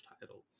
titles